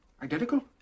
Identical